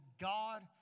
God